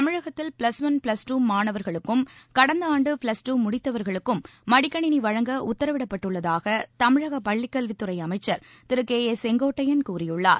தமிழகத்தில் plus one plus two மாணவர்களுக்கும் கடந்த ஆண்டு ப்ளஸ் டூ முடித்தவர்களுக்கும் மடிக்கணிணி வழங்க உத்தரவிடப்பட்டுள்ளதாக தமிழக பள்ளிக்கல்வித்துறை அமைச்சர் திரு கே ஏ செங்கோட்டையன் கூறியுள்ளார்